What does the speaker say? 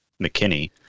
McKinney